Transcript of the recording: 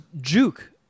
juke